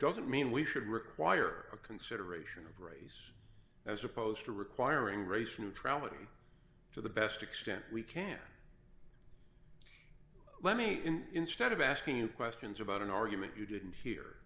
doesn't mean we should require a consideration of race as opposed to requiring racial neutrality to the best extent we can let me in instead of asking you questions about an argument you didn't he